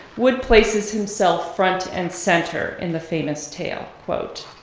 wood places himself front and center in the famous tale. quote,